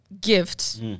gifts